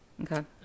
Okay